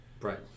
Right